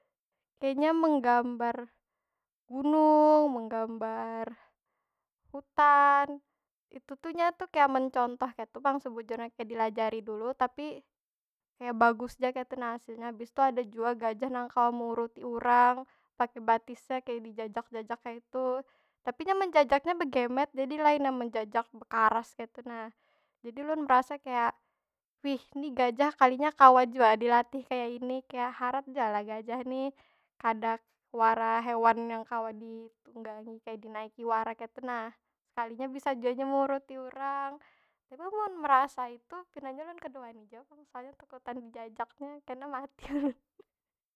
Kaya inya menggambar gunung, menggambar hutan, itu tu nya tu kaya mencontoh kaytu pang sebujurnya, kaya dilajari dulu tapi, kaya bagus ja kaytu nah hasilnya. Bis tu ada jua, gajan nang kawa mauruti urang, pakai batisnya, kaya dijajak- jajak kaytu. Tapi nya menjajaknya begemet jadi lainnya menjajak karas kaytu nah. Jadi ulun merasa kaya wih ni gajah kalinya kawa jua dilatih kaya ini, kaya harat jua lah gajah ni. Kada wara hewan nang kawa ditunggangi, kaya dinaiki wara kaytu nah. Sekalinya bisa jua inya meuruti urang. Tapi mun merasai tu, pinanya ulun kada wani jua pang. Soalnya takutan dijajaknya. Kena mati ulun.